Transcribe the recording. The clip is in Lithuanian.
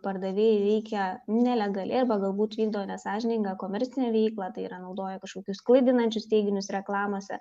pardavėjai veikia nelegaliai arba galbūt vykdo nesąžiningą komercinę veiklą tai yra naudoja kažkokius klaidinančius teiginius reklamose